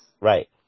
Right